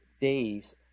days